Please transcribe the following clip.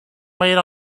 made